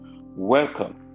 Welcome